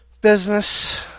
Business